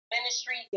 ministry